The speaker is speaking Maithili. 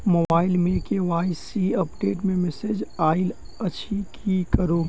मोबाइल मे के.वाई.सी अपडेट केँ मैसेज आइल अछि की करू?